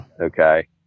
Okay